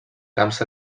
camps